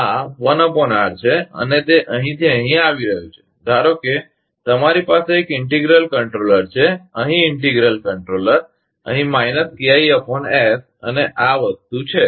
આ 1R છે અને તે અહીંથી આવી રહ્યું છે અને ધારો કે તમારી પાસે એક ઇન્ટિગ્રલ કંટ્રોલર છે અહીં ઇન્ટિગ્રલ કંટ્રોલર અહીં KI S અને આ વસ્તુ છે